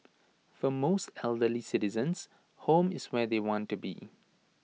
for most elderly citizens home is where they want to be